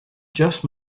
just